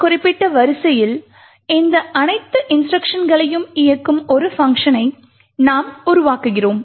இந்த குறிப்பிட்ட வரிசையில் இந்த அனைத்து இன்ஸ்ட்ருக்ஷன்களையும் இயக்கும் ஒரு பங்க்ஷனை நாம் உருவாக்குகிறோம்